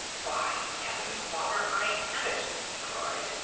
by heaven, father, i have it! he cried.